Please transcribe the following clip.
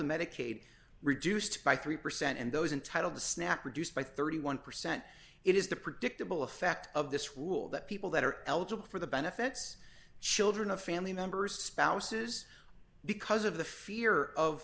medicaid reduced by three percent and those entitled to snap reduced by thirty one percent it is the predictable effect of this rule that people that are eligible for the benefits children of family members spouses because of the fear of